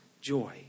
joy